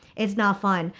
it's not fun.